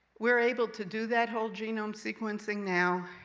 we're able to do that whole genome sequencing now,